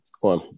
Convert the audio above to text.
one